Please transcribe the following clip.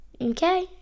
Okay